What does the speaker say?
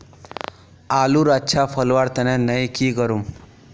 आलूर अच्छा फलवार तने नई की करूम?